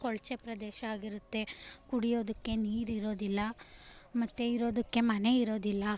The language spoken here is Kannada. ಕೊಳಚೆ ಪ್ರದೇಶ ಆಗಿರುತ್ತೆ ಕುಡಿಯೋದಕ್ಕೆ ನೀರು ಇರೋದಿಲ್ಲ ಮತ್ತು ಇರೋದಕ್ಕೆ ಮನೆ ಇರೋದಿಲ್ಲ